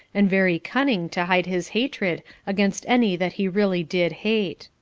and very cunning to hide his hatred against any that he really did hate.